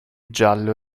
giallo